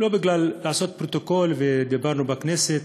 לא בשביל לעשות פרוטוקול, שדיברנו בכנסת,